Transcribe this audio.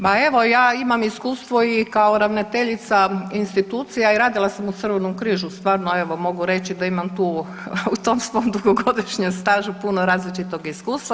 Pa evo, ja imam iskustvo i kao ravnateljica institucija i radila sam u Crvenom križu, stvarno evo, mogu reći da imam tu, u tom svom dugogodišnjem stažu puno različitog iskustva.